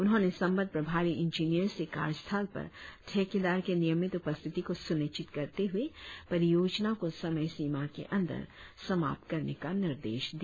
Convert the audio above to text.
उन्होंने संबंद्व प्रभारी इंजीनियर से कार्यस्थल पर ठेकेदार के नियमित उपस्थिति को सुनिश्चित करते हुए परियजना को समय सिमा के अंदर समाप्त करने का निर्देश दिया